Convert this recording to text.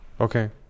Okay